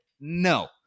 no